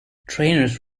trainers